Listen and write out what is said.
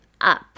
up